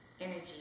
energy